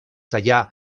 teià